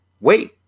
wait